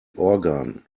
organ